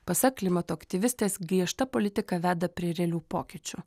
pasak klimato aktyvistės griežta politika veda prie realių pokyčių